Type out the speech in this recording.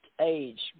age